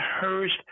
Hurst